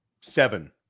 seven